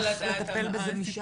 איך לטפל בזה משם?